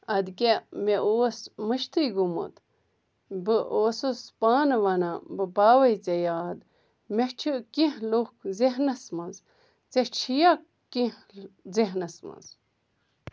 اَدٕ کیٛاہ مےٚ اوس مٔشتھٕے گوٚمُت بہٕ اوسُس پانہٕ ونان بہٕ پاوَے ژےٚ یاد مےٚ چھِ کیٚنٛہہ لوٗکھ ذہنس منٛز ژےٚ چھُیا کیٚنٛہہ ذہنس منٛز